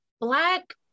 Black